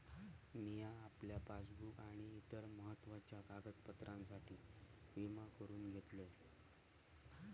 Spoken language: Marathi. मिया आपल्या पासबुक आणि इतर महत्त्वाच्या कागदपत्रांसाठी विमा करून घेतलंय